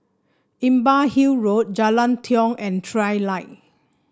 Imbiah Hill Road Jalan Tiong and Trilight